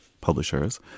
publishers